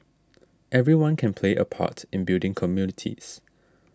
everyone can play a part in building communities